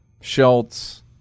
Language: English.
Schultz